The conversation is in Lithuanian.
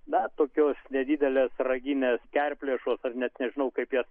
na tokios nedidelės raginės kerplėšos ar net nežinau kaip jas